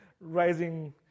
rising